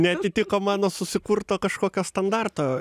neatitiko mano susikurto kažkokio standarto